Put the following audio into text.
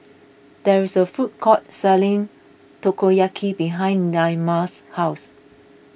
there is a food court selling Takoyaki behind Naima's house